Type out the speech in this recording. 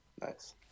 Nice